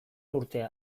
urte